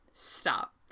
Stop